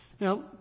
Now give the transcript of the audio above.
Now